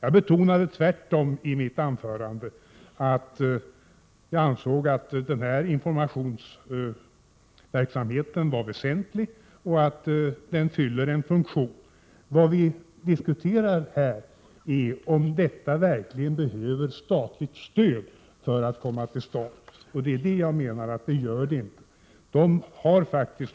I mitt anförande betonade jag tvärtom att jag ansåg att denna informationsverksamhet är väsentlig och att den fyller en funktion. Vad vi här diskuterar är om denna informationsverksamhet verkligen behöver statligt stöd för att komma till stånd. Jag anser att det inte behövs.